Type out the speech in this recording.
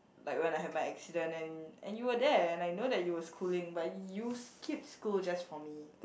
like when I have my accident and and you were there and I know that you were schooling but you skip school just for me